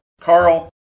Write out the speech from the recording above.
Carl